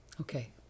okay